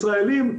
ישראלים,